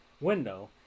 window